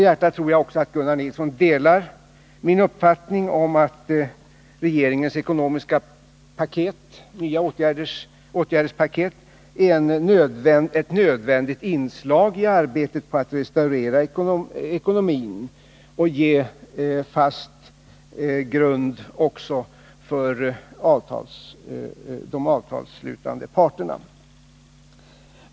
Jag tror också att Gunnar Nilsson i själ och hjärta delar min uppfattning att regeringens nya åtgärdspaket är ett nödvändigt inslag i arbetet på att restaurera ekonomin och ge fast grund för de avtalsslutande parterna.